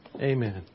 Amen